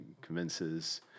convinces